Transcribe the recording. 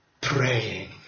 praying